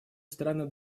страны